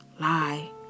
lie